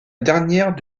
dernière